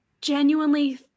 genuinely